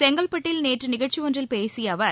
செங்கல்டட்டில் நேற்று நிகழ்ச்சி ஒன்றில் பேசிய அவர்